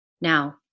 Now